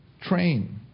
Train